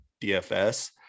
dfs